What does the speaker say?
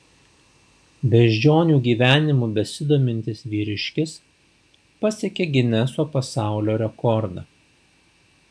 beždžionių gyvenimu besidomintis vyriškis pasiekė gineso pasaulio rekordą